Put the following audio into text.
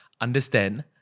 understand